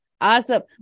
Awesome